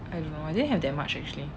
I don't know I didn't have that much actually